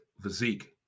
physique